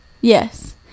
Yes